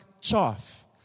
chaff